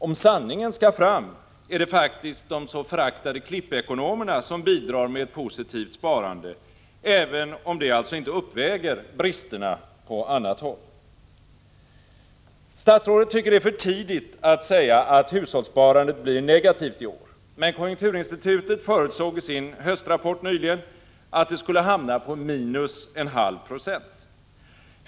Om sanningen skall fram är det faktiskt de så föraktade klippekonomerna som bidrar med ett positivt sparande, även om det alltså inte uppväger bristerna på annat håll. Statsrådet tycker att det är för tidigt att säga att hushållssparandet blir negativt i år. Men konjunkturinstitutet förutsåg i sin höstrapport nyligen att det skulle hamna på minus 0,5 76.